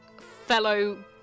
fellow